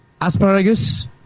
asparagus